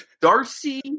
Darcy